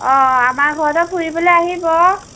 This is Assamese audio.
অঁ আমাৰ ঘৰতে ফুৰিবলৈ আহিব